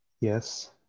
Yes